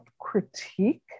critique